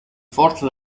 forza